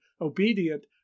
obedient